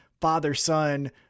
father-son